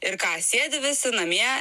ir ką sėdi visi namie